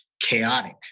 chaotic